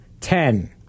Ten